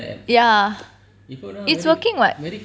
ya it's working [what]